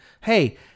Hey